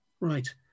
right